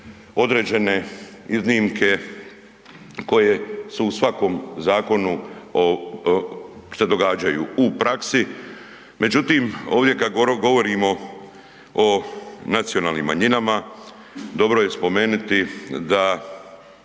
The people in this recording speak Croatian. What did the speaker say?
određene iznimke koje su u svakom zakonu se događaju u praksi. Međutim, ovdje kad govorimo o nacionalnim manjinama, dobro je spomenuti da